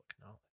knowledge